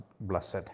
blessed